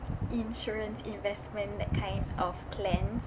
insurance investment that kind of plans